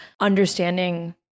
understanding